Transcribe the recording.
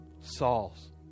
Saul's